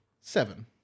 Seven